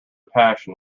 passion